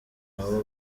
nabo